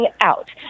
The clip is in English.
out